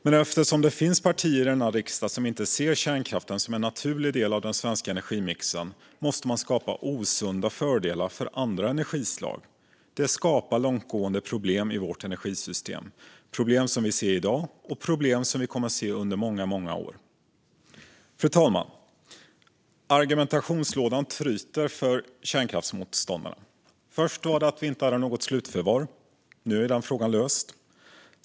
Men eftersom det finns partier i denna riksdag som inte ser kärnkraften som en naturlig del av den svenska energimixen måste man skapa osunda fördelar för andra energislag. Det skapar långtgående problem i vårt energisystem - problem som vi ser i dag och problem som vi kommer att se under många år framöver. Fru talman! Argumentlådan tryter för kärnkraftsmotståndarna. Först var det att vi inte har något slutförvar; nu är den frågan löst.